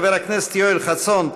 חבר הכנסת יואל חסון,